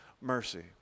mercy